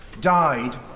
died